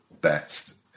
best